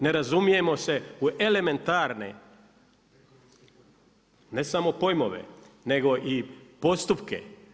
Ne razumijemo se u elementarne ne samo pojmove nego i postupke.